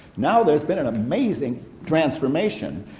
now there's been an amazing transformation,